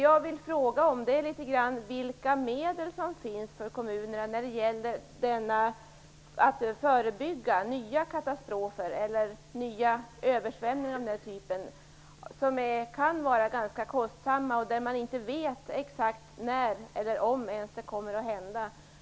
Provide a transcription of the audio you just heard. Jag vill fråga om vilka medel som finns avsatta för kommunerna när det gäller att förebygga katastrofer eller nya översvämningar av den här typen, som kan vara ganska kostsamma att åtgärda och där man inte vet exakt när eller ens om de kommer att inträffa.